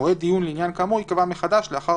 מועד דיון לעניין כאמור ייקבע מחדש לאחר